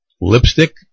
Lipstick